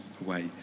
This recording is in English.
away